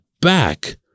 back